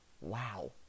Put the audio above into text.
Wow